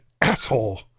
Asshole